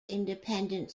independent